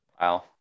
Wow